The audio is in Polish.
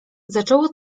zaczęło